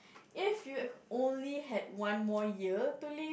if you only had one more year to live